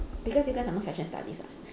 because you guys are not fashion studies [what]